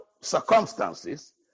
circumstances